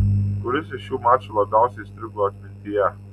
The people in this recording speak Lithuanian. kuris iš šių mačų labiausiai įstrigo atmintyje